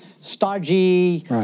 stodgy